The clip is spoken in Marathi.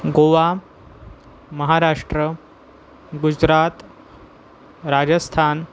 गोवा महाराष्ट्र गुजरात राजस्थान